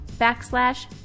backslash